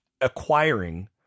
acquiring